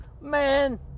Man